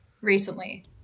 recently